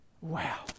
Wow